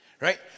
Right